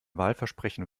wahlversprechen